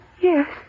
Yes